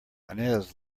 ines